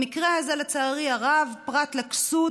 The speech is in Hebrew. במקרה הזה, לצערי הרב, פרט לכסות